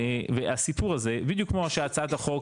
והסיפור הזה בדיוק כמו שהצעת החוק